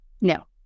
No